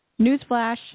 Newsflash